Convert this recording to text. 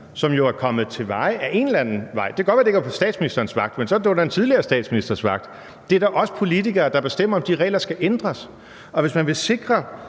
jo er kommet til veje ad en eller anden vej. Det kan godt være, det ikke er på statsministerens vagt, men så under den tidligere statsministers vagt. Det er da os politikere, der bestemmer, om de regler skal ændres, og hvis man vil sikre,